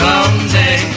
Someday